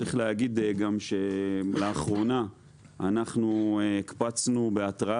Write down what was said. צריך להגיד שם שלאחרונה אנחנו הקפצנו בהתראה